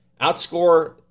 Outscore